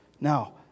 Now